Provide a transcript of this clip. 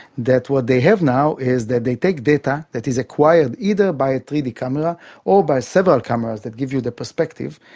that what they have now is that they take data that is acquired either by a three d camera or by several cameras that give you the perspective,